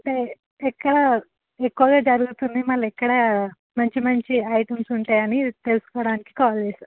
అంటే ఎక్కడ ఎక్కువగా జరుగుతుంది మళ్లీ ఎక్కడ మంచి మంచి ఐటమ్స్ ఉంటాయి అని తెలుసుకోవడానికి కాల్ చేశాాను